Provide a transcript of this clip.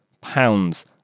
pounds